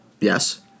Yes